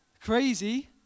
Crazy